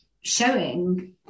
showing